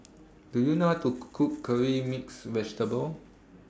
Do YOU know How to Cook Curry Mixed Vegetable